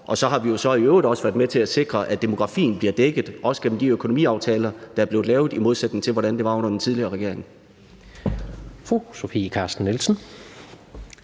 Så har vi jo så i øvrigt også været med til at sikre, at demografien bliver dækket, også igennem de økonomiaftaler, der er blevet lavet, i modsætning til hvordan det var under den tidligere regering.